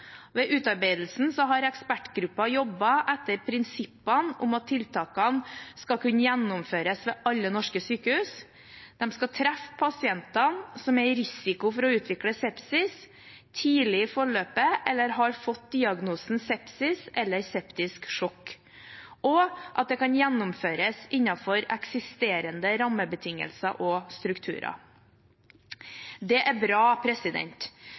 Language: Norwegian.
Ved utarbeidelsen har ekspertgruppen jobbet etter prinsippene om at tiltakene skal kunne gjennomføres ved alle norske sykehus, at de skal treffe pasientene som er i risiko for å utvikle sepsis tidlig i forløpet, eller som har fått diagnosen sepsis eller septisk sjokk, og at de kan gjennomføres innenfor eksisterende rammebetingelser og strukturer. Det er bra.